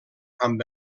amb